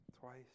twice